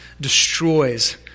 destroys